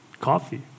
coffee